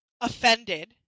offended